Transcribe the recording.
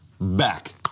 back